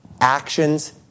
actions